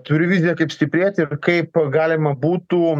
turiu viziją kaip stiprėti ir kaip galima būtų